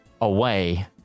Away